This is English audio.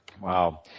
Wow